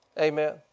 Amen